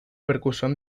percusión